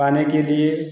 पाने के लिए